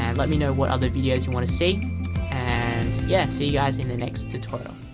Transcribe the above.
and let me know what other videos you want to see and yeah. see you guys in the next tutorial